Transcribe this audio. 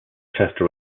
chester